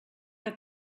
que